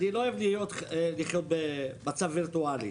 ואני לא אוהב לחיות במצב וירטואלי.